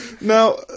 Now